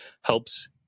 helps